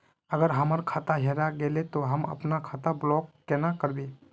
अगर हमर खाता हेरा गेले ते हम अपन खाता ब्लॉक केना करबे?